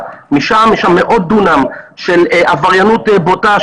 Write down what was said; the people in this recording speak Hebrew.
משם יש מאות דונם של עבריינות בוטה,